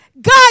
God